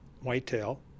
whitetail